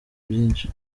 byinshi